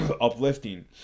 uplifting